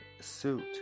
suit